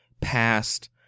past